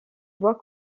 bois